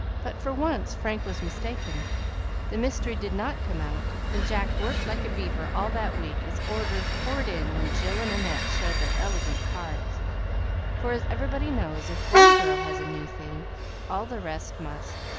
but for once frank was mistaken the mystery did not come out, and jack worked like a beaver all that week, as orders poured in when jill and annette showed their elegant cards for, as everybody knows, if one girl has a new thing all the rest must,